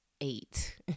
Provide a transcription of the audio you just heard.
eight